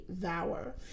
devour